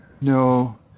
No